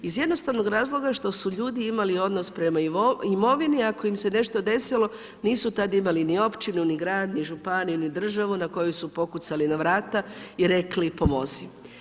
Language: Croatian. Iz jednostavnog razloga što su ljudi imali odnos prema imovini a ako im se nešto desilo, nisu tada imali ni općinu ni grad ni županiju ni državu na koju su pokucali na vrata i rekli pomozi.